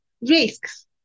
risks